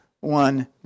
one